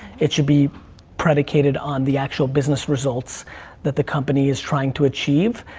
it should be predicated on the actual business results that the company is trying to achieve.